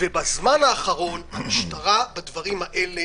ובזמן האחרון, המשטרה בדברים האלה